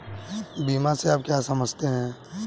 बीमा से आप क्या समझते हैं?